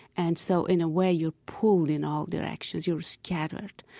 and so in a way, you're pulled in all directions. you're scattered.